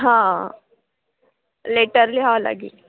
हां लेटर लिहावं लागेल